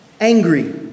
angry